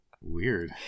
weird